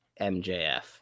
MJF